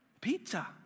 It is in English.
pizza